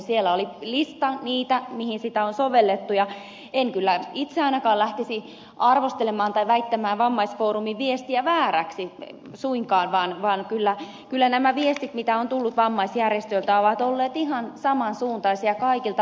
siellä oli lista niistä mihin sitä on sovellettu ja en kyllä itse ainakaan lähtisi arvostelemaan tai väittämään vammaisfoorumin viestiä vääräksi suinkaan vaan kyllä nämä viestit mitä on tullut vammaisjärjestöiltä ovat olleet ihan saman suuntaisia kaikilta vammaisjärjestöiltä